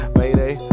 mayday